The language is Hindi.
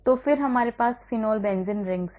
तो फिर हमारे पास Phenol Benzene rings हैं